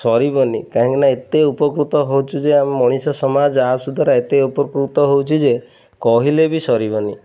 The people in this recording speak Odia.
ସରିବନି କାହିଁକି ନା ଏତେ ଉପକୃତ ହେଉଛୁ ଯେ ଆମ ମଣିଷ ସମାଜ ଆପ୍ସ୍ ଦ୍ୱାରା ଏତେ ଉପକୃତ ହେଉଛି ଯେ କହିଲେ ବି ସରିବନି